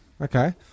Okay